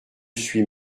suis